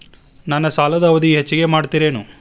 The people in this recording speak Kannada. ನನ್ನ ಸಾಲದ ಅವಧಿ ಹೆಚ್ಚಿಗೆ ಮಾಡ್ತಿರೇನು?